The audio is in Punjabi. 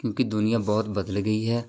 ਕਿਉਂਕਿ ਦੁਨੀਆਂ ਬਹੁਤ ਬਦਲ ਗਈ ਹੈ